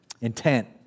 Intent